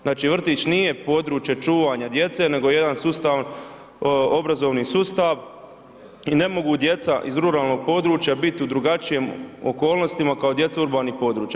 Znači vrtić nije područje čuvanja djece nego jedan sustavan, obrazovni sustav i ne mogu djeca iz ruralnog područja biti u drugačijim okolnostima kao djeca urbanih područja.